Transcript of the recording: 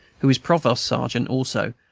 who is provost-sergeant also,